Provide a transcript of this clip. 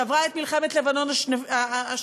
שעברה את מלחמת לבנון השנייה,